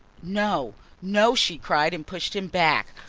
no, no! she cried and pushed him back,